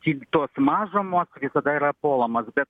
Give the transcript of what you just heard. tik tos mažumos visada yra puolamos bet